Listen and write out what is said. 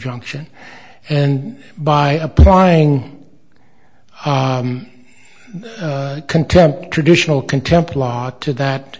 junction and by applying contempt traditional contempt law to that